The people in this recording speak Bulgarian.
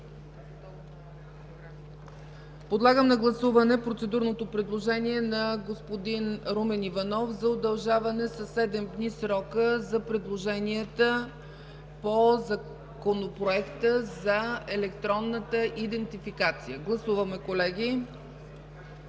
Подлагам на гласуване процедурното предложение на господин Румен Иванов за удължаване със седем дни на срока за предложенията по Законопроекта за електронната идентификация. Гласували